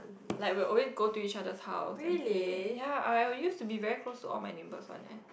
like we'll alway go to each other's house and play ya I used to be very close to all my neighbors one eh